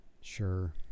sure